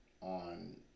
on